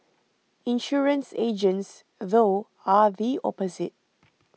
insurance agents though are the opposite